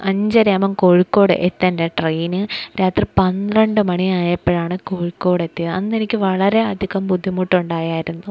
അഞ്ചരയാകുമ്പോള് കോഴിക്കോട് എത്തേണ്ട ട്രെയിന് രാത്രി പന്ത്രണ്ട് മണിയായപ്പോഴാണ് കോഴിക്കോട് എത്തിയത് അന്നെനിക്ക് വളരെയധികം ബുദ്ധിമുട്ടുണ്ടായിരുന്നു